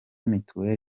mutuel